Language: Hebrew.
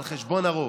על חשבון הרוב.